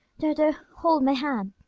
dodo, hold my hand.